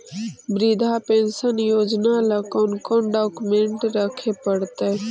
वृद्धा पेंसन योजना ल कोन कोन डाउकमेंट रखे पड़तै?